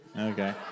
Okay